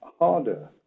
harder